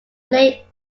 relay